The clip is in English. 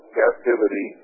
captivity